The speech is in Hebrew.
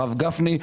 הרב גפני,